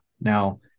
Now